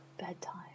Bedtime